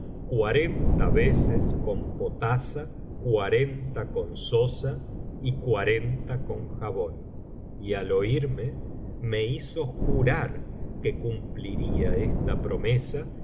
cuarenta veces con potasa cuarenta con sosa y cuarenta con jabón y al oirme me hizo jurar que cumpliría esta promesa